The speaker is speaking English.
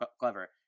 clever